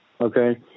okay